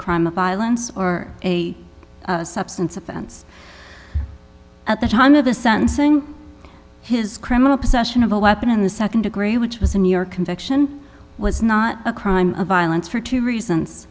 crime of violence or a substance offense at the time of the sentencing his criminal possession of a weapon in the second degree which was a new york conviction was not a crime of violence for two reasons